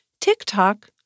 TikTok